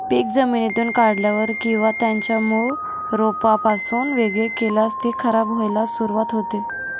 पीक जमिनीतून काढल्यावर किंवा त्याच्या मूळ रोपापासून वेगळे केल्यास ते खराब व्हायला सुरुवात होते